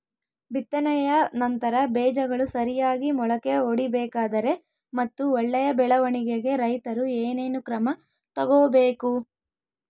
ಬಿತ್ತನೆಯ ನಂತರ ಬೇಜಗಳು ಸರಿಯಾಗಿ ಮೊಳಕೆ ಒಡಿಬೇಕಾದರೆ ಮತ್ತು ಒಳ್ಳೆಯ ಬೆಳವಣಿಗೆಗೆ ರೈತರು ಏನೇನು ಕ್ರಮ ತಗೋಬೇಕು?